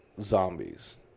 zombies